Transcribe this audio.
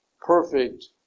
perfect